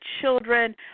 children